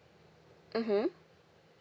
mmhmm